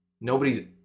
Nobody's